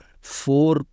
four